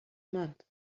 month